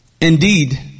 indeed